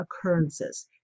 occurrences